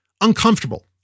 uncomfortable